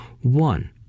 one